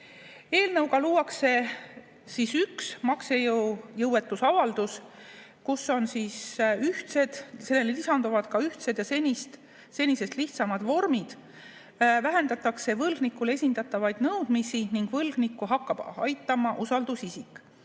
Eelnõuga luuakse üks maksejõuetuse avaldus, sellele lisanduvad ka ühtsed ja senisest lihtsamad vormid. Vähendatakse võlgnikule esitatavaid nõudmisi ning võlgnikku hakkab aitama usaldusisik.